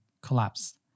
collapsed